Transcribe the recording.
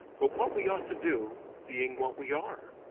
but what we ought to do, being what we are.